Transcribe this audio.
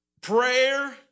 prayer